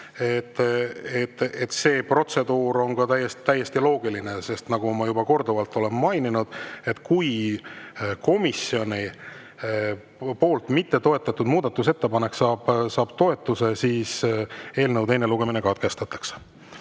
See protseduur on täiesti loogiline. Nagu ma juba korduvalt olen maininud, kui komisjoni poolt mitte toetatud muudatusettepanek saab toetuse, siis eelnõu teine lugemine katkestatakse.